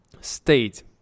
State